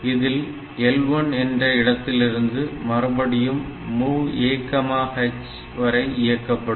இதில் L1 என்ற இடத்திலிருந்து மறுபடியும் MOV AH வரை இயக்கப்படும்